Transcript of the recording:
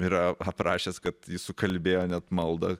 yra aprašęs kad jis sukalbėjo net maldą